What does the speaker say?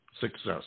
success